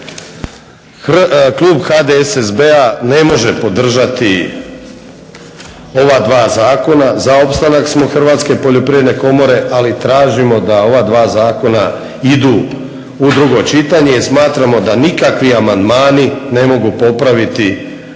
Klub HDSSB-a ne može podržati ova dva zakona. Za opstanak smo Hrvatske poljoprivredne komore ali tražimo da ova dva zakona idu u drugo čitanje i smatramo da nikakvi amandmani ne mogu popraviti dva zakona, a posebno